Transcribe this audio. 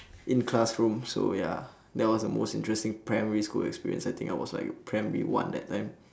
in classroom so ya that was the most interesting primary school experience I think I was like primary one that time